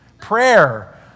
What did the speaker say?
Prayer